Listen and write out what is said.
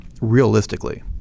realistically